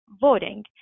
voting